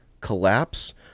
collapse